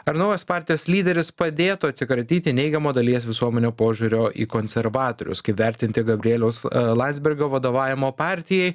ar naujas partijos lyderis padėtų atsikratyti neigiamo dalies visuomenio požiūrio į konservatorius kaip vertinti gabrieliaus landsbergio vadovavimą partijai